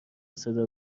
صدا